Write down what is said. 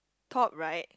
top right